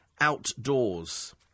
outdoors